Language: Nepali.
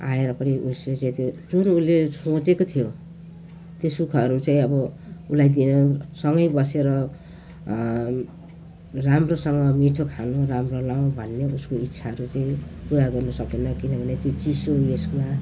आएर पनि उसले जुन उसले सोचेको थियो त्यो सुखहरू चाहिँ अब उसलाई दे सँगै बसेर राम्रोसँग मिठो खाऊँ राम्रो लाऊँ भन्ने उसको इच्छाहरू चाहिँ पुरा गर्नु सकेन किनभने त्यो चिसो उयोमा